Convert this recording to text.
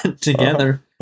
together